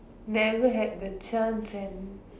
never had the chance and